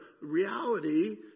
reality